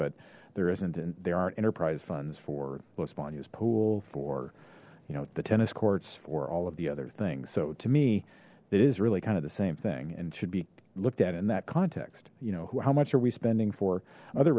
but there isn't and there aren't enterprise funds for lavanya's pool for you know the tennis courts or all of the other things so to me that is really kind of the same thing and should be looked at in that context you know how much are we spending for other